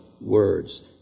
words